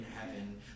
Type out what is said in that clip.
heaven